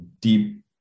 deep